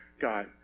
God